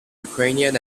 ukrainian